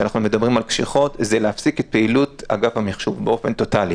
כשאנחנו מדברים על קשיחות זה להפסיק את פעילות אגף המחשוב באופן טוטלי.